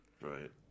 Right